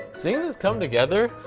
seeing this come together,